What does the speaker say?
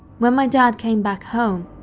when my dad came back home,